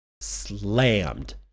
slammed